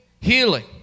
healing